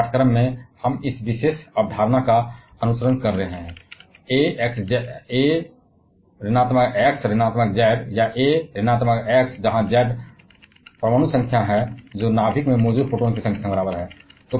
वर्तमान पाठ्यक्रम में हम इस विशेष अवधारणा का पालन करेंगे ए एक्स जेड या ए एक्स हियर जेड है परमाणु संख्या जो नाभिक में मौजूद प्रोटॉन की संख्या के बराबर है